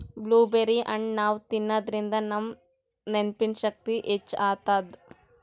blueberry ಹಣ್ಣ್ ನಾವ್ ತಿನ್ನಾದ್ರಿನ್ದ ನಮ್ ನೆನ್ಪಿನ್ ಶಕ್ತಿ ಹೆಚ್ಚ್ ಆತದ್